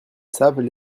savent